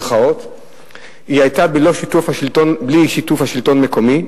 היא היתה בלי שיתוף השלטון המקומי,